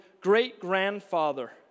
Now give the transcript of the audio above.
great-grandfather